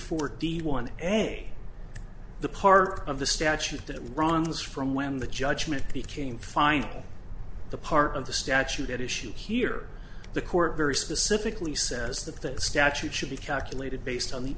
forty one a the part of the statute that runs from when the judgment became final the part of the statute at issue here the court very specifically says that the statute should be calculated based on the